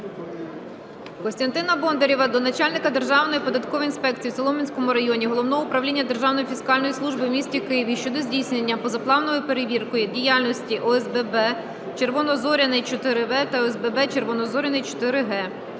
Костянтина Бондарєва до начальника Державної податкової інспекції у Солом'янському районі Головного управління Державної фіскальної служби у місті Києві щодо здійснення позапланової перевірки діяльності ОСББ "Червонозоряний, 4-В" та ОСББ "Червонозоряний, 4-Г".